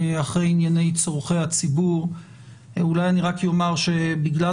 אחרי ענייני צרכי הציבור אולי אני רק אומר שבגלל